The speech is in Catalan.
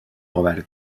govern